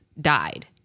died